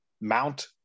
mount